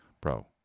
Bro